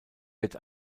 wird